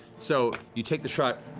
so you take the shot,